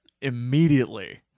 immediately